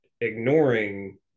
ignoring